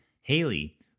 Haley